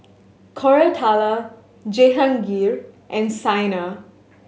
Koratala Jehangirr and Saina